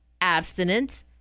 abstinence